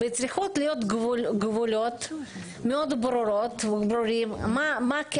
וצריכים להיות גבולות מאוד ברורים מה כן